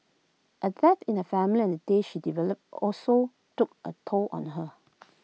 A death in the family the day she delivered also took A toll on her